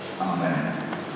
Amen